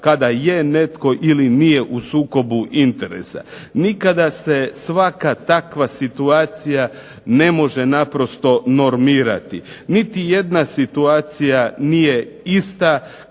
kada je netko ili nije u sukobu interesa. Nikada se svaka takva situacija ne može naprosto normirati. Niti jedna situacija nije ista,